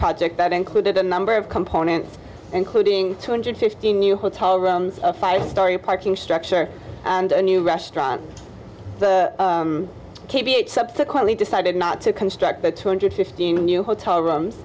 project that included a number of components including two hundred fifty new hotel rooms a five story parking structure and a new restaurant k b it subsequently decided not to construct but two hundred fifteen new hotel